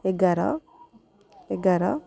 ଏଗାର ଏଗାର